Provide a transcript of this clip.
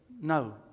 no